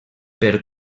per